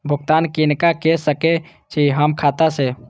भुगतान किनका के सकै छी हम खाता से?